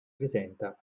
presenta